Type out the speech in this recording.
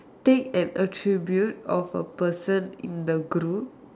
take and attribute of a person in the group